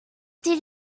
did